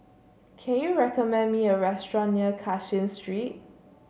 can you recommend me a restaurant near Cashin Street